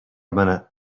minute